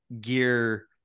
gear